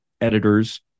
editors